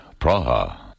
Praha